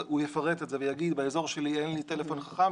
אז הוא יפרט ויגיד: באזור שלי אין לי טלפון חכם,